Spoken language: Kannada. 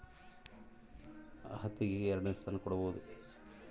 ಸೆಣಬು ಅತ್ಯಂತ ಒಳ್ಳೆ ನೈಸರ್ಗಿಕ ನಾರುಗಳಲ್ಲಿ ಒಂದಾಗ್ಯದ ಹತ್ತಿಗೆ ಮಾತ್ರ ಎರಡನೆ ಸ್ಥಾನ ಕೊಡ್ತಾರ